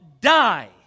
die